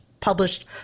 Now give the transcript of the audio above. Published